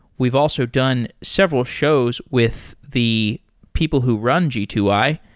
we've also done several shows with the people who run g two i,